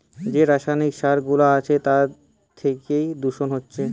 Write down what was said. যে রাসায়নিক সার গুলা আছে তার থিকে দূষণ হচ্ছে